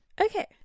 Okay